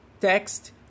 Text